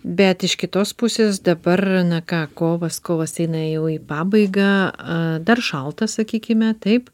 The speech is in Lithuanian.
bet iš kitos pusės dabar na ką kovas kovas eina jau į pabaigą a dar šalta sakykime taip